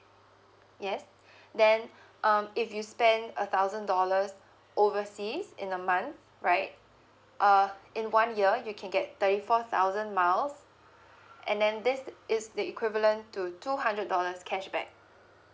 yes then um if you spend a thousand dollars overseas in a month right uh in one year you can get thirty four thousand miles and then this is the equivalent to two hundred dollars cashback